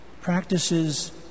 practices